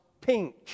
pink